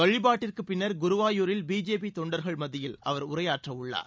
வழிபாட்டிற்குப் பின்னர் குருவாயூரில் பிஜேபி தொண்டர்கள் மத்தியில் அவர் உரையாற்றவுள்ளார்